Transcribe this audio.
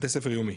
בתי ספר יומי.